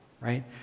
right